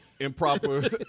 Improper